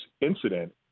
incident